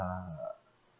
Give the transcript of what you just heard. uh